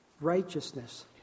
righteousness